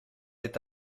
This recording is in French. est